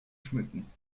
schmücken